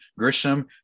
Grisham